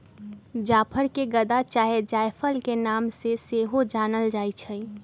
जाफर के गदा चाहे जायफल के नाम से सेहो जानल जाइ छइ